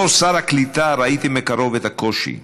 בתור שר הקליטה ראיתי מקרוב את הקושי,